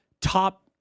top